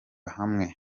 hamwe